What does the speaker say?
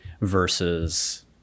versus